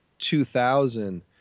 2000